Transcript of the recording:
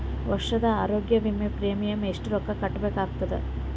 ವರ್ಷದ ಆರೋಗ್ಯ ವಿಮಾ ಪ್ರೀಮಿಯಂ ಎಷ್ಟ ರೊಕ್ಕ ಕಟ್ಟಬೇಕಾಗತದ?